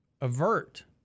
avert